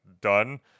done